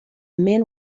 men